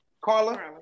Carla